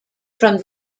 from